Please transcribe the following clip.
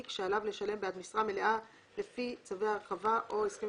שעליו לשלם בעד משרה מלאה לפי צווי הרחבה או הסכמים